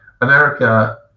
america